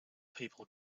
people